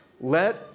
let